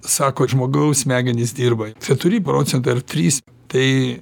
sakot žmogaus smegenys dirba keturi procentai ar trys tai